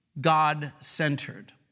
God-centered